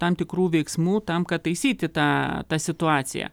tam tikrų veiksmų tam kad taisyti tą tą situaciją